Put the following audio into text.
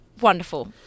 wonderful